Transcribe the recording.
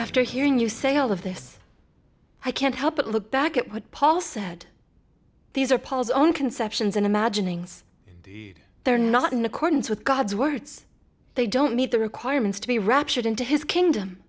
after hearing you say all of this i can't help but look back at what paul said these are paul's own conceptions and imaginings they're not in accordance with god's words they don't meet the requirements to be raptured into his kingdom